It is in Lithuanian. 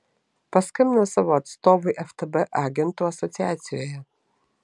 paskambino savo atstovui ftb agentų asociacijoje